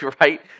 right